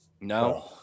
No